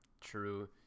True